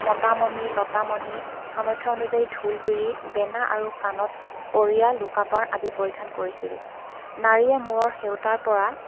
মতামণি লতামণি সামৰ্থ্য অনুযায়ী ঢোলবিৰি বেনা আৰু কাণত কড়ীয়া লোকাপাৰ আদি পৰিধান কৰিছিল নাৰীয়ে মূৰৰ সেওঁতাৰ পৰা